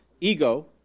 ego